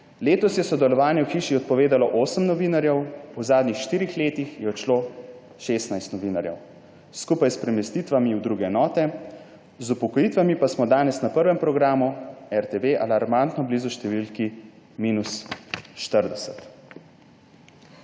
»Letos je sodelovanje v hiši odpovedalo osem novinarjev, v zadnjih štirih letih je odšlo šestnajst novinarjev. Skupaj s premestitvami v druge enote, z upokojitvami pa smo danes na prvem programu RTV alarmantno blizu številki minus 40.«